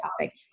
topic